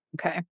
Okay